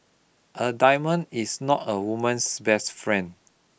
a diamond is not a woman's best friend